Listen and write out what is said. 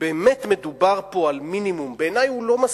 באמת מדובר פה על מינימום, בעיני הוא לא מספיק,